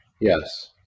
Yes